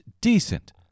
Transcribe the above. decent